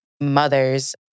mothers